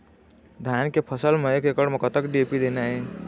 धान के फसल म एक एकड़ म कतक डी.ए.पी देना ये?